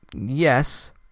Yes